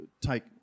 take